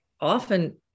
often